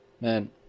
Man